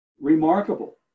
remarkable